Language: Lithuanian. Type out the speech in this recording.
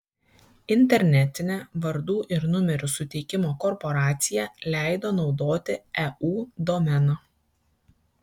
internetinė vardų ir numerių suteikimo korporacija leido naudoti eu domeną